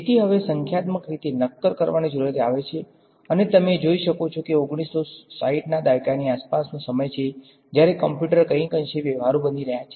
તેથી હવે સંખ્યાત્મક રીતે નક્કર કરવાની જરૂરિયાત આવે છે અને તમે જોઈ શકો છો કે 1960 ના દાયકાની આસપાસ નો સમય છે જ્યારે કમ્પ્યુટર કંઈક અંશે વ્યવહારુ બની રહ્યા છે